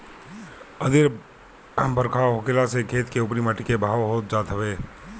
अधिका बरखा होखला से खेत के उपरी माटी के बहाव होत जात हवे